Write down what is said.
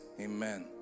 amen